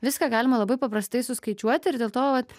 viską galima labai paprastai suskaičiuoti ir dėl to vat